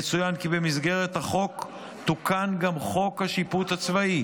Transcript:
יצוין כי במסגרת החוק תוקן גם חוק השיפוט הצבאי,